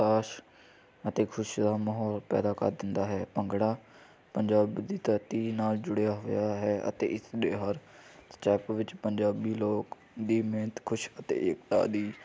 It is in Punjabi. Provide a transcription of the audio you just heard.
ਉਤਸਾਹ ਅਤੇ ਖੁਸ਼ੀ ਦਾ ਮਾਹੌਲ ਪੈਦਾ ਕਰ ਦਿੰਦਾ ਹੈ ਭੰਗੜਾ ਪੰਜਾਬ ਦੀ ਧਰਤੀ ਨਾਲ ਜੁੜਿਆ ਹੋਇਆ ਹੈ ਅਤੇ ਇਸ ਲਈ ਹਰ ਸਟੈਪ ਵਿੱਚ ਪੰਜਾਬੀ ਲੋਕ ਦੀ ਮਿਹਨਤ ਖੁਸ਼ ਅਤੇ ਏਕਤਾ ਦੀ